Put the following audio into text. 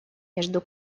между